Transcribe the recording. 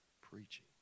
preaching